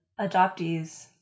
adoptees